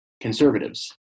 conservatives